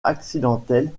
accidentelle